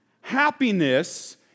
Happiness